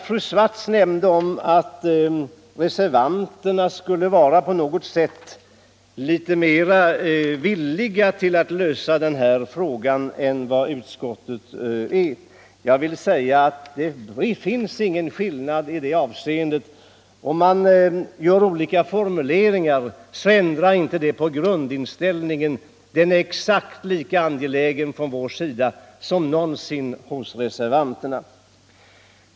Fru Swartz nämnde någonting om att reservanterna på något sätt skulle vara något litet mer villiga än utskottsmajoriteten till att lösa denna fråga. Det finns ingen skillnad i det avseendet. Att vi valt olika formuleringar ändrar inte på grundinställningen. Vi är exakt lika angelägna från vår sida som någonsin reservanterna.